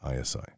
ISI